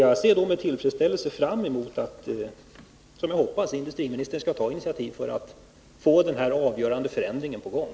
Jag ser därför med tillfredsställelse fram mot att industriministern, som jag hoppas, skall ta initiativ för att få till stånd denna avgörande förändring.